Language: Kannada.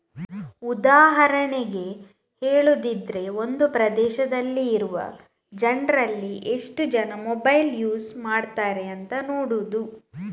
ಉದಾಹರಣೆಗೆ ಹೇಳುದಿದ್ರೆ ಒಂದು ಪ್ರದೇಶದಲ್ಲಿ ಇರುವ ಜನ್ರಲ್ಲಿ ಎಷ್ಟು ಜನ ಮೊಬೈಲ್ ಯೂಸ್ ಮಾಡ್ತಾರೆ ಅಂತ ನೋಡುದು